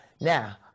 Now